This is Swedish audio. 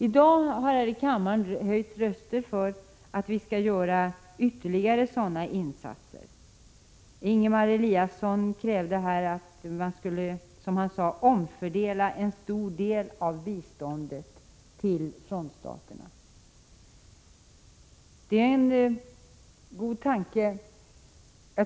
I dag har här i kammaren röster höjts för ytterligare sådana insatser. Ingemar Eliasson krävde att man skulle omfördela en stor del av biståndet till frontstaterna. Det är en god tanke.